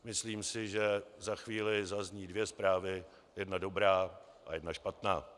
Myslím si, že za chvíli zazní dvě zprávy jedna dobrá a jedna špatná.